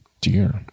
dear